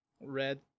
Red